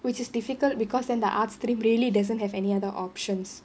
which is difficult because then the arts stream really doesn't have any other options